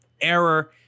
Error